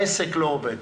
העסק לא עובד,